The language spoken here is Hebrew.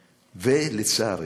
ולצערי,